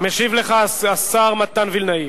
ישיב לך השר מתן וילנאי.